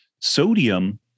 sodium